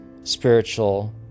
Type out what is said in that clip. spiritual